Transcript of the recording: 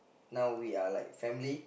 now we are like family